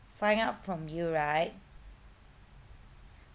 find out from you right